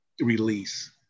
release